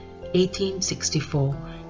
1864